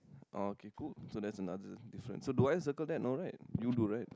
oh okay good so that's another difference so do I circle that no right you do right